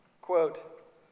quote